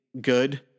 good